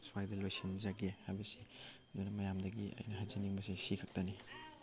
ꯁ꯭ꯋꯥꯏꯗ ꯂꯣꯏꯁꯤꯟꯖꯒꯦ ꯍꯥꯏꯕꯁꯤ ꯑꯗꯨꯅ ꯃꯌꯥꯝꯗꯒꯤ ꯑꯩꯅ ꯍꯥꯏꯖꯅꯤꯡꯕꯁꯦ ꯁꯤ ꯈꯛꯇꯅꯤ